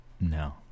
no